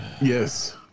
Yes